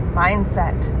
mindset